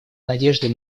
надежды